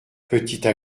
petites